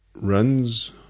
Runs